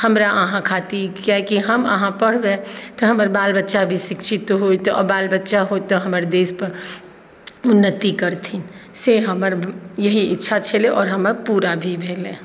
हमरा अहाँ खातिर किआकि हम अहाँ पढ़बै तऽ हमर बाल बच्चा भी शिक्षित होइत आओर बाल बच्चा होइत तऽ हमर देश उन्नति करथिन से हमर इएह इच्छा छलै आओर हमर पूरा भी भेलै